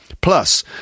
Plus